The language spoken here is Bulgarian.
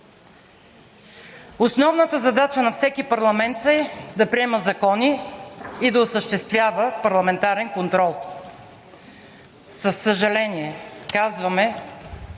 Основната задача на всеки парламент е да приема закони и да осъществява парламентарен контрол. Със съжаление казваме,